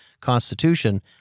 Constitution